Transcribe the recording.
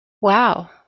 Wow